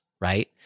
right